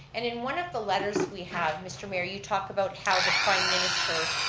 and in one of the letters we have, mr. mayor, you talk about how the prime minister